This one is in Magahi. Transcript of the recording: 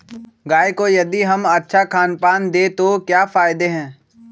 गाय को यदि हम अच्छा खानपान दें तो क्या फायदे हैं?